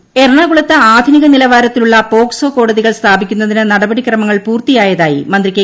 ശൈലജ എറണാകുളത്ത് ആധുനിക നിലവാരത്തിലുള്ള പോക്സോ കോടതി സ്ഥാപിക്കുന്നതിന് നടപടി പ്രകമങ്ങൾ പൂർത്തിയായതായി മന്ത്രി കെ